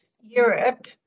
Europe